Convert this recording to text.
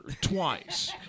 twice